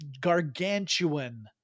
gargantuan